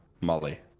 Molly